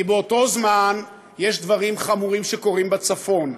כי באותו זמן יש דברים חמורים שקורים בצפון,